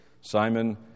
Simon